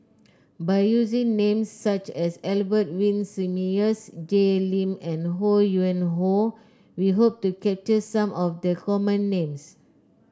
by using names such as Albert Winsemius Jay Lim and Ho Yuen Hoe we hope to capture some of the common names